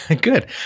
Good